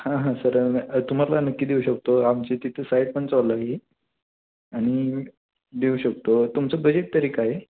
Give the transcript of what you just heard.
हां हां सर तुम्हाला नक्की देऊ शकतो आमची तिथं साईट पण चालू आहे आणि देऊ शकतो तुमचं बजेट तरी काय आहे